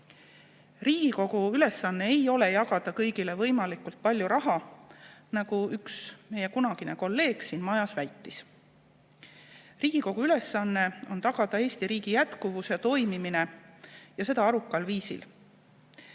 Riigikogu ülesanne ei ole jagada kõigile võimalikult palju raha, nagu üks meie kunagine kolleeg siin majas väitis. Riigikogu ülesanne on tagada Eesti riigi jätkuvus ja toimimine ning seda arukal viisil,